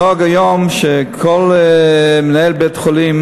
הנוהג היום הוא שכל מנהל בית-חולים